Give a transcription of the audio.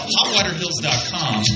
HotWaterHills.com